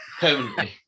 permanently